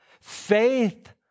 faith